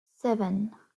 seven